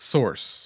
Source